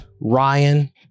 Ryan